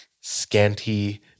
scanty